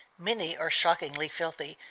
many are shockingly filthy,